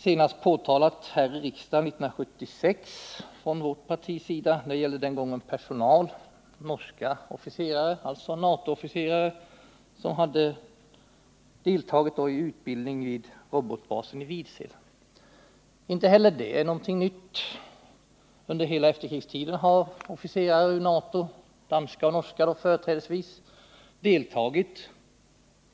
Senast påtalades ett sådant här i riksdagen 1976 av vårt parti. Det gällde den gången norska NATO-officerare som hade deltagit i utbildning vid robotbasen i Vidsel. Inte heller det var något nytt. Under hela efterkrigstiden har officerare ur NATO -— företrädesvis danskar och norrmän — deltagit